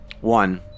One